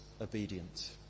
obedient